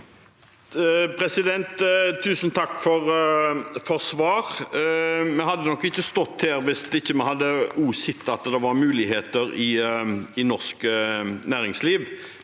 Tusen takk for svar. Vi hadde nok ikke stått her hvis vi ikke hadde sett at det også er muligheter i norsk næringsliv.